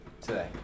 today